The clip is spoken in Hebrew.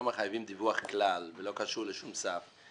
מחייבים דיווח כלל ולא קשורים לשום סף.